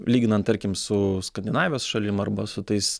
lyginant tarkim su skandinavijos šalim arba su tais